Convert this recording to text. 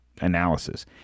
analysis